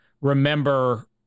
remember